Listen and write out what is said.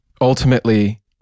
ultimately